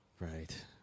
Right